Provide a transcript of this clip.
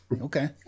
Okay